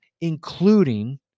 including